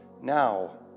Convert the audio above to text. now